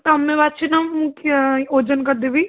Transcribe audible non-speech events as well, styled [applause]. ତୁମେ ବାଛୁନ ମୁଁ [unintelligible] ଓଜନ କରିଦେବି